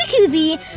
Jacuzzi